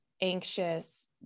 anxious